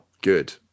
good